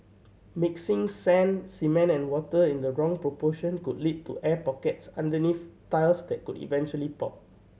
mixing sand cement and water in the wrong proportion could lead to air pockets underneath tiles that could eventually pop